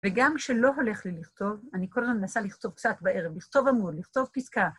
וגם כשלא הולך לי לכתוב, אני כל הזמן מנסה לכתוב קצת בערב, לכתוב עמוד, לכתוב פסקה.